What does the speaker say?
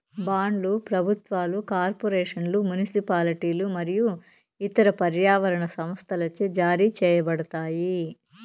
బాండ్లు ప్రభుత్వాలు, కార్పొరేషన్లు, మునిసిపాలిటీలు మరియు ఇతర పర్యావరణ సంస్థలచే జారీ చేయబడతాయి